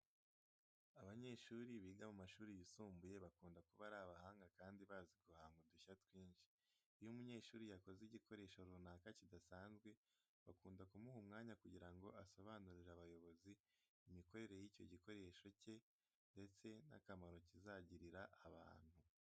Abanyeshuri biga mu mashuri yisumbuye bakunda kuba ari abahanga kandi bazi guhanga udushya twinshi. Iyo umunyeshuri yakoze igikoresho runaka kidasanzwe bakunda kumuha umwanya kugira ngo asobanurire abayobozi imikorere y'icyo gikoresho cye ndetse n'akamaro kizagirira abantu.